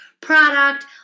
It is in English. product